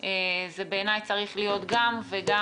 כי בעיניי זה צריך להיות גם וגם.